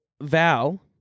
Val